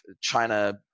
China